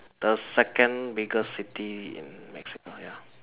the second biggest city in Mexico ya